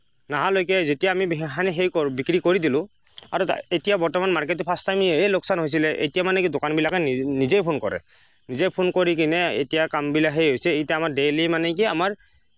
নহালৈকে যেতিয়া আমি সেখানি সেই কৰোঁ বিক্ৰী কৰি দিলোঁ আৰু এতিয়া বৰ্তমান মার্কেটত ফাষ্ট টাইমহে লোকচান হৈছিলে এতিয়া মানে কি দোকানবিলাকে নিজে ফোন কৰে নিজে ফোন কৰি কিনে এতিয়া কামবিলাক সেই হৈছে এতিয়া আমাৰ দেইলি মানে কি আমাৰ